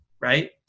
right